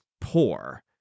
poor